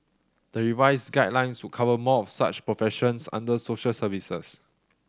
the revised guidelines would cover more of such professions under social services